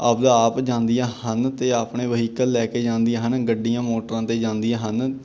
ਆਪਦਾ ਆਪ ਜਾਂਦੀਆਂ ਹਨ ਅਤੇ ਆਪਣੇ ਵਹੀਕਲ ਲੈ ਕੇ ਜਾਂਦੀਆਂ ਹਨ ਗੱਡੀਆਂ ਮੋਟਰਾਂ 'ਤੇ ਜਾਂਦੀਆਂ ਹਨ